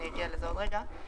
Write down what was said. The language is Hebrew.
אני אגיע לזה עוד רגע.